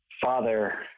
Father